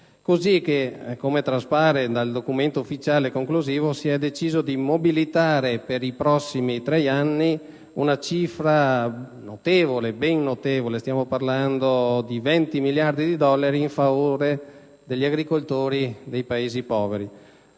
così che - come traspare dal documento ufficiale conclusivo - si è deciso di mobilitare per i prossimi tre anni una cifra ben notevole (stiamo parlando di 20 miliardi dollari) a favore degli agricoltori dei Paesi poveri,